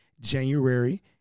January